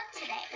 today